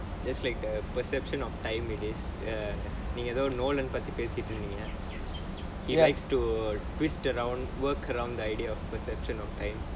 just like the perception of time it is err நீங்க எதோ:neenga etho பத்தி பேசிகிட்டு இருந்தீங்க:pathi pesikkittu iruntheenga he likes to twist around work around the perception of time